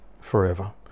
forever